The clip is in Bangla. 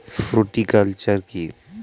ফ্রুটিকালচার কী?